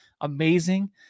amazing